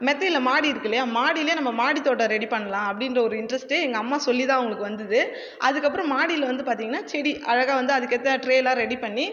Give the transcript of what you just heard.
மெத்தையில் மாடி இருக்குது இல்லையா மாடிலேயே நம்ம மாடி தோட்டம் ரெடி பண்ணலாம் அப்படின்ற ஒரு இன்ட்ரஸ்ட்டு எங்கள் அம்மா சொல்லி தான் அவங்களுக்கு வந்துது அதுக்கப்புறோம் மாடியில் வந்து பார்த்தீங்ன்னா செடி அழகாக வந்து அதுக்கேற்ற ட்ரேலா ரெடி பண்ணி